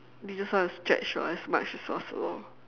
they just want to stretch for as much as possible